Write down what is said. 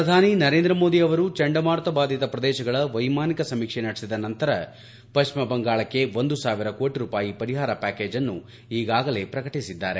ಪ್ರಧಾನಿ ನರೇಂದ್ರ ಮೋದಿ ಅವರು ಚಂಡಮಾರುತ ಬಾಧಿತ ಪ್ರದೇಶಗಳ ವೈಮಾನಿಕ ಸಮೀಕ್ಷೆ ನಡೆಸಿದ ನಂತರ ಪಶ್ಚಿಮ ಬಂಗಾಳಕ್ಕೆ ಒಂದು ಸಾವಿರ ಕೋಟಿ ರೂಪಾಯಿ ಪರಿಹಾರ ಪ್ಚಾಕೇಜ್ ಅನ್ನು ಈಗಾಗಲೇ ಪ್ರಕಟಿಸಿದ್ದಾರೆ